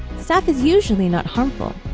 staph is usually not harmful.